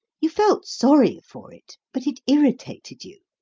you felt sorry for it, but it irritated you.